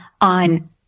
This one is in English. on